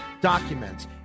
documents